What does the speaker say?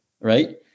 right